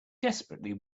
desperately